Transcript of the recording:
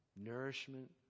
nourishment